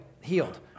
Healed